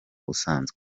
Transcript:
usanzwe